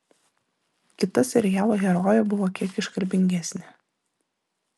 kita serialo herojė buvo kiek iškalbingesnė